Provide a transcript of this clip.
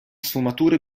sfumature